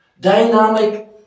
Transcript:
Dynamic